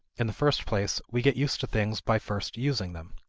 in the first place, we get used to things by first using them.